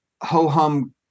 ho-hum